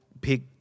pick